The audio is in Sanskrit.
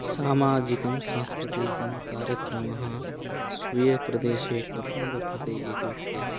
सामाजिकं सांस्कृतीकं कार्यक्रमः सुयप्रदेशे कथं वर्तते इति उक्ते